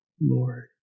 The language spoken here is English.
Lord